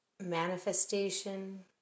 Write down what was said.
Manifestation